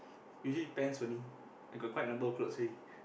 usually pants only I got quite number of clothes already